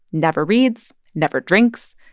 never reads, never drinks,